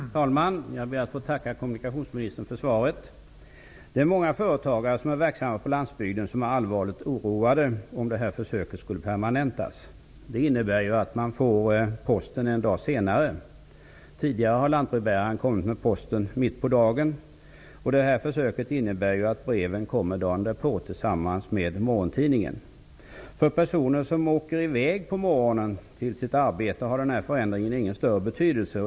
Herr talman! Jag ber att få tacka kommunikationsministern för svaret. Många företagare som är verksamma på landsbygden är allvarligt oroade för att den här försöksverksamheten skall permanentas. Den innebär att man får posten en dag senare. Tidigare har lantbrevbäraren kommit med posten mitt på dagen. Det här försöket innebär att breven kommer tillsammans med morgontidningen dagen därpå. För personer som åker iväg till sitt arbete på morgonen har den här förändringen ingen större betydelse.